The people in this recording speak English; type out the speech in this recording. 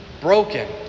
broken